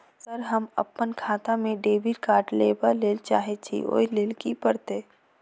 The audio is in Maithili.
सर हम अप्पन खाता मे डेबिट कार्ड लेबलेल चाहे छी ओई लेल की परतै?